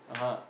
(uh huh)